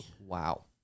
Wow